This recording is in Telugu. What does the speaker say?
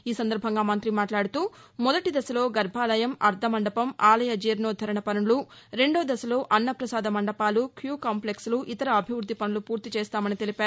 ఈ సందర్బంగా మంతి మాట్లాడుతూ మొదటి దశలో గర్బాలయం అర్దమండపం ఆలయ జీర్ణోద్దరన పనులు రెండో దశలోఅన్నపసాద మండపాలు క్యూ కాంప్లెక్సులు ఇతర అభివృద్ది పనులు పూర్తి చేస్తామని తెలిపారు